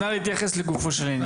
כבר אתייחס לגופו של עניין.